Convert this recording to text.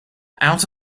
out